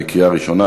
בקריאה ראשונה,